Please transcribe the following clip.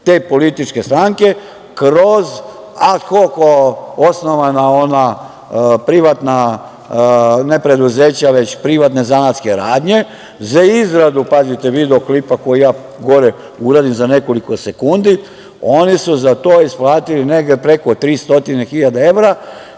te političke stranke kroz ad hok osnovane privatne zanatske radnje za izradu, pazite, video klipa, koji ja gore uradim za nekoliko sekundi, oni su za to isplatili negde preko 300.000 evra